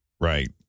Right